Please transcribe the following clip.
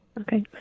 Okay